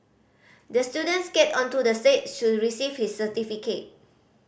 the student skated onto the stage to receive his certificate